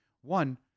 One